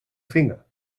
finger